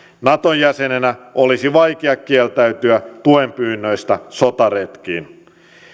nato jäsenenä olisi vaikea kieltäytyä tuen pyynnöistä sotaretkiin